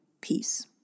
peace